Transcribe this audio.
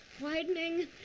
widening